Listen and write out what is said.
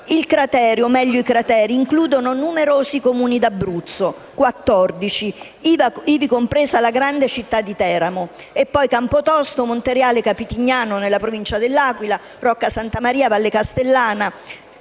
Il cratere o, meglio, i crateri, includono numerosi Comuni in Abruzzo, quattordici, ivi compresa la grande città di Teramo, e poi Campotosto, Montereale e Capitignano, nella Provincia di L'Aquila, e Rocca Santa Maria, Valle Castellana,